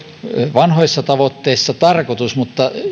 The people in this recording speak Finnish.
vanhoissa tavoitteissa tarkoitus mutta